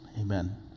Amen